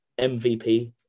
MVP